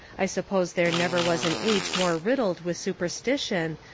i suppose there never was an age more riddled with supersti tion,